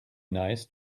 nice